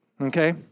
Okay